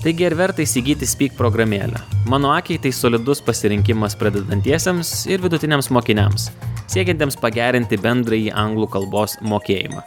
taigi ar verta įsigyti speak programėlę mano akiai tai solidus pasirinkimas pradedantiesiems ir vidutiniams mokiniams siekiantiems pagerinti bendrąjį anglų kalbos mokėjimą